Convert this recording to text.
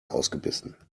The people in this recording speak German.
ausgebissen